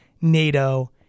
NATO